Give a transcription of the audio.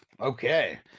Okay